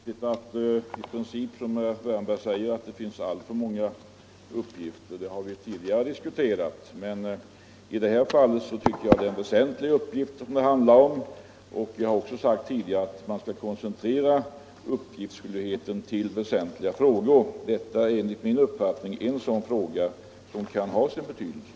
Herr talman! Det är i princip alldeles riktigt att det infordras alltför många uppgifter — det har vi tidigare diskuterat. Jag har därvid sagt att man skall koncentrera uppgiftsskyldigheten till väsentliga frågor och det gäller här enligt min uppfattning en sådan väsentlig fråga som är av största betydelse.